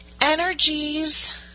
energies